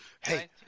hey